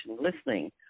listening